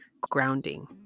Grounding